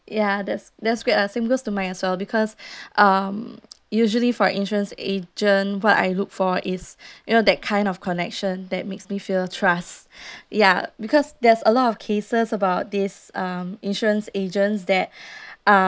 ya that's that's great lah same goes to mine as well because um usually for insurance agent what I look for is you know that kind of connection that makes me feel trust ya because there's a lot of cases about this um insurance agents that uh